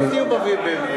אין דיון במליאה,